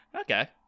Okay